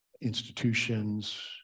institutions